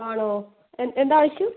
ആണോ എ എന്താവശ്യം